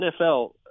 NFL